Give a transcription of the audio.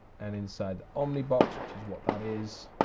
and inside the omnibox, which is what that is.